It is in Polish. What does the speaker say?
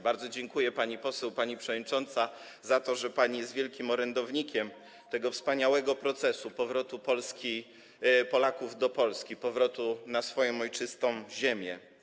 Bardzo dziękuję, pani poseł, pani przewodnicząca, za to, że pani jest wielkim orędownikiem tego wspaniałego procesu powrotu Polaków do Polski, powrotu na swoją ojczystą ziemię.